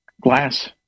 glass